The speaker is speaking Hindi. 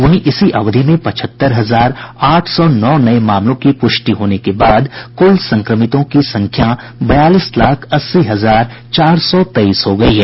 वहीं इसी अवधि में पचहत्तर हजार आठ सौ नौ नए मामलों की पुष्टि होने के बाद कुल संक्रमितों की संख्या बयालीस लाख अस्सी हजार चार सौ तेईस हो गई है